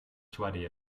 sweaty